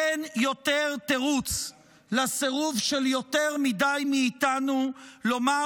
אין יותר תירוץ לסירוב של יותר מדי מאיתנו לומר